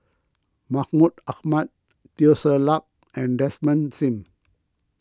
Mahmud Ahmad Teo Ser Luck and Desmond Sim